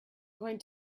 going